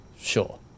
sure